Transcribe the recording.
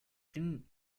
tin